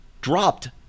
dropped